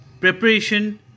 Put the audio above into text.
Preparation